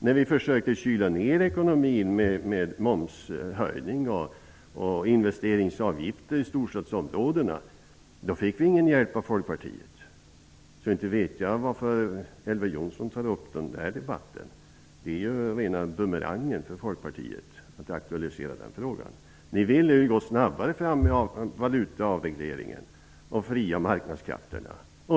När vi försökte kyla ned ekonomin med momshöjning och investeringsavgifter i storstadsområdena fick vi ingen hjälp av Folkpartiet. Så inte vet jag varför Elver Jonsson tar upp den debatten. Det är ju rena bumerangen för Folkpartiet att aktualisera den frågan. Ni ville ju gå snabbare fram med valutaavregleringen och de fria marknadskrafterna.